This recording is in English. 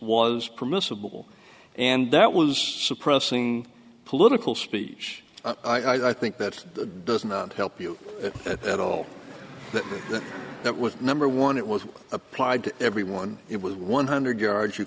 was permissible and that was suppressing political speech i think that doesn't help you at all that that was number one it was applied to everyone it was one hundred yards you